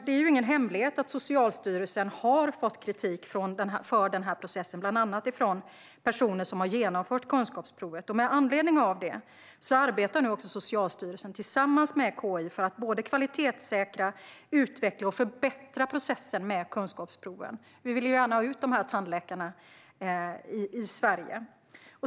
Det är ingen hemlighet att Socialstyrelsen har fått kritik för den här processen, bland annat från personer som har genomfört kunskapsprovet. Med anledning av det arbetar nu också Socialstyrelsen tillsammans med KI för att kvalitetssäkra, utveckla och förbättra processen med kunskapsproven. Vi vill ju gärna ha ut de här tandläkarna i Sverige.